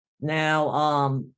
Now